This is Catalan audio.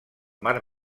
mar